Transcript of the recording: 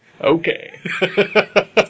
Okay